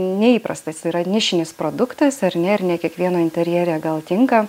neįprastas yra nišinis produktas ar ne ir ne kiekvieno interjere gal tinka